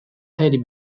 teddy